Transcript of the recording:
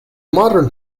modern